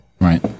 Right